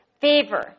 Favor